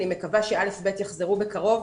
אני מקווה שא'-ב' יחזרו בקרוב,